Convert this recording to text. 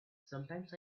sometimes